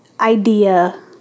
idea